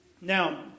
now